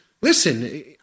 listen